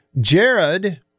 Jared